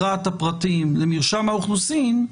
הפרטים למרשם האוכלוסין,